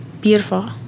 beautiful